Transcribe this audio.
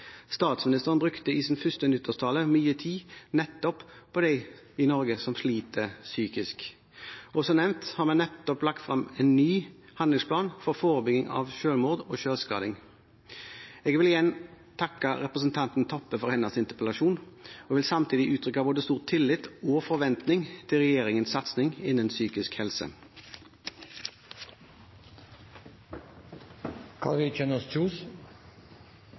Statsministeren brukte i sin første nyttårstale mye tid nettopp på dem i Norge som sliter psykisk. Og som nevnt, har man nettopp lagt frem en ny handlingsplan for forebygging av selvmord og selvskading. Jeg vil igjen takke representanten Toppe for hennes interpellasjon og vil samtidig utrykke både stor tillit og forventning til regjeringens satsing innen psykisk